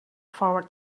forward